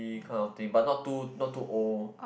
that kind of thing but not too not too old